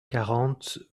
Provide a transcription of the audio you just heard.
quarante